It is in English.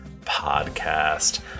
podcast